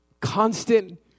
Constant